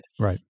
Right